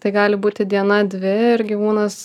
tai gali būti diena dvi ir gyvūnas